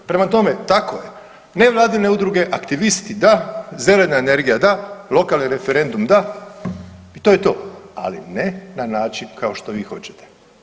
Prema tome tako je, nevladine udruge, aktivisti da, zelene energija da, lokalni referendum da i to je to, ali ne na način kao što vi hoćete.